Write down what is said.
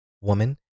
woman